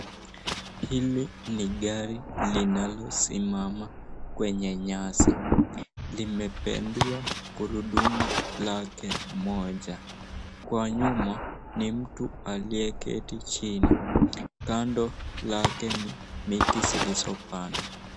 Hili ni gari linalosimama kwenye nyasi. Limependua gurudumu lake moja, kwa nyuma ni mtu aliyeketi chini, kando yake ni miti zilizopandwa.